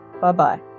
Bye-bye